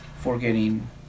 Forgetting